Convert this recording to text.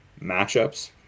matchups